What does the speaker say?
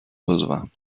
عضوم